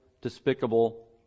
despicable